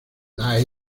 jedi